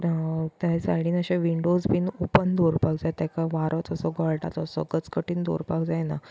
त्या सायडीन अशें विन्डोज बीन ऑपन दवरपाक जाय ताका वारो जसो घोळटा तसोच कचकटीन दवरपाक जायना